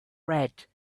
red